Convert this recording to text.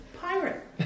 pirate